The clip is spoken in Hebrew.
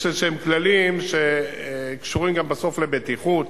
יש כללים שקשורים בסוף לבטיחות,